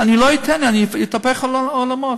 אני לא אתן, אני אהפוך עולמות.